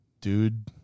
dude